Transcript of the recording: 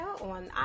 on